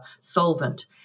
solvent